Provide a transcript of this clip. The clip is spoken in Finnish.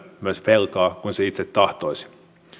myös velkaa kuin se itse tahtoisi